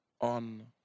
on